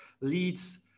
leads